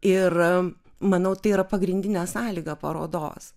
ir manau tai yra pagrindinė sąlyga parodos